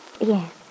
Yes